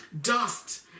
dust